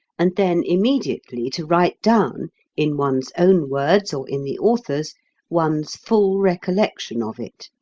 and then immediately to write down in one's own words or in the author's one's full recollection of it.